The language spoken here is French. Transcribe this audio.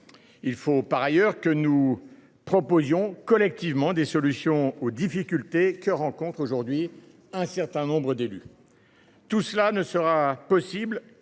Il faut par ailleurs que nous proposions collectivement des solutions aux difficultés que rencontrent actuellement un certain nombre d’élus. Tout cela ne sera possible